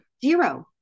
Zero